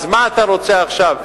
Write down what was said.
אז מה אתה רוצה עכשיו,